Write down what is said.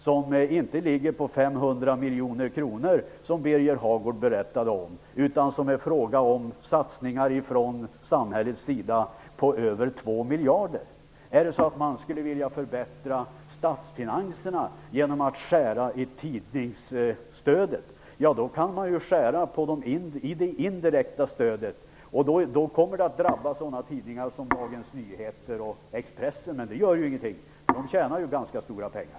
Det ligger ju inte på 500 miljoner kronor, som Birger Hagård nämnde, utan det rör sig om satsningar från samhället på över 2 miljarder. Om man skulle vilja förbättra statsfinanserna genom att skära i tidningsstödet kan man ju skära i det indirekta stödet. Det skulle drabba tidningar som Dagens Nyheter och Expressen, men det gör ingenting -- de tjänar ju ganska stora pengar.